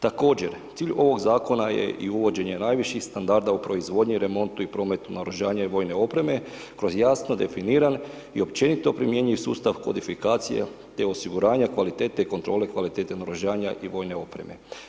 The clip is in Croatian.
Također cilj ovog zakona je i uvođenje najviših standarda u proizvodnji, remontu i prometu naoružanja i vojne opreme kroz jasno definiran i općenito primjenjiv sustav kodifikacije te osiguranja kvalitete i kontrole kvalitete naoružanja i vojne opreme.